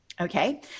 okay